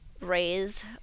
raise